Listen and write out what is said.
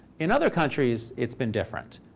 in other countries, it's been different.